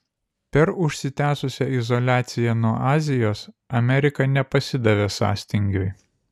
per užsitęsusią izoliaciją nuo azijos amerika nepasidavė sąstingiui